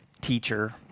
Teacher